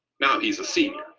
now he's a senior.